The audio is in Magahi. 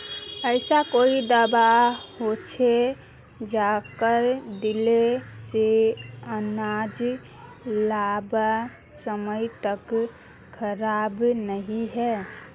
ऐसा कोई दाबा होचे जहाक दिले से अनाज लंबा समय तक खराब नी है?